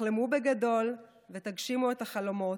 תחלמו בגדול ותגשימו את החלומות.